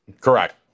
Correct